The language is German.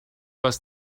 was